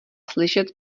slyšet